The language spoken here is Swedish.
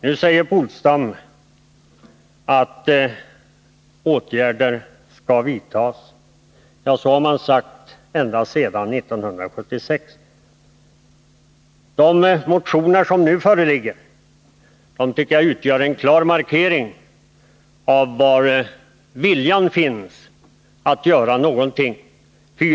Nu säger herr Polstam att åtgärder skall vidtas. Ja, så har man sagt ända sedan 1976. De motioner som nu föreligger tycker jag utgör en klar markering av var viljan att göra någonting finns.